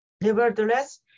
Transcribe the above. Nevertheless